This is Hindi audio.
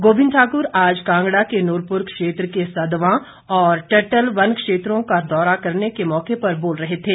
गोविंद ठाकुर आज कांगड़ा के नूरपुर क्षेत्र के सदवां और टटल वन क्षेत्रों का दौरा करने के मौके पर बोल रहे थे